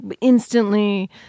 instantly